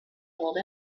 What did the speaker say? told